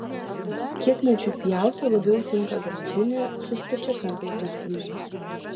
kietmedžiui pjauti labiau tinka grandinė su stačiakampiais dantimis